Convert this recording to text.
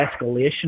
escalation